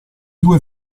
due